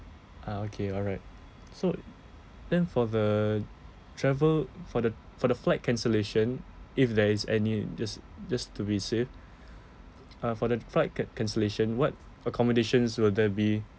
ah okay alright so then for the travel for the for the flight cancellation if there is any just just to be safe uh for the flight can~ cancellation what accommodations will there be